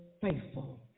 faithful